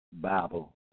Bible